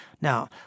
now